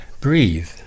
breathe